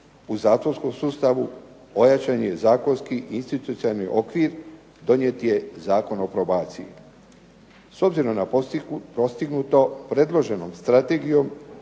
U zatvorskom sustavu ojačan je i zakonski i institucionalni okvir, donijet je Zakon o probaciji. S obzirom na postignuto predloženom strategijom